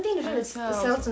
spinal cells